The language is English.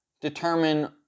determine